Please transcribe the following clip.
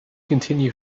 continue